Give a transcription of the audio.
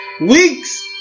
Weeks